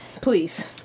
please